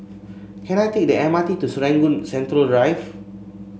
can I take the M R T to Serangoon Central Drive